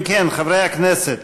אם כן, חברי הכנסת,